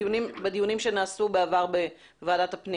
שר הפנים